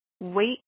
Wait